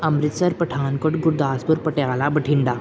Amritsar Pathankot Gurdaspur Patiala Bathinda